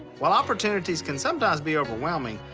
while opportunities can sometimes be overwhelming,